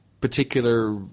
particular